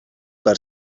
per